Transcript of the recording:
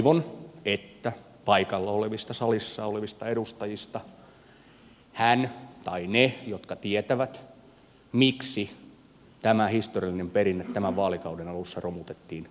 toivon että paikalla salissa olevista edustajista hän tai he jotka tietävät miksi tämä historiallinen perinne tämän vaalikauden alussa romutettiin kertovat sen ääneen